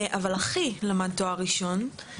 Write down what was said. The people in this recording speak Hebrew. אבל אחי למד תואר ראשון,